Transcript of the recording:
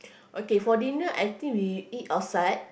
okay for dinner I think we eat outside